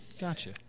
Gotcha